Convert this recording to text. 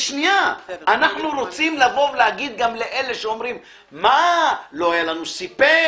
רוצה להזכיר לכם שיש למעלה מ-250,000 אופניים לסוגיהם השונים.